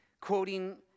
quoting